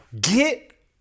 get